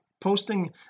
posting